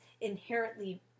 inherently